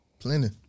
Plenty